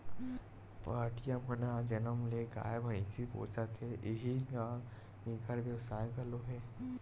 पहाटिया मन ह जनम ले गाय, भइसी पोसत हे इही ह इंखर बेवसाय घलो हे